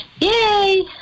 Yay